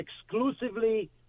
exclusively